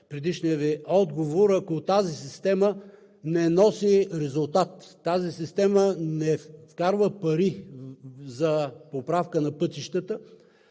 предишният Ви отговор, ако тази система не носи резултат, ако тази система не вкарва пари за поправка на пътищата.